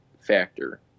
factor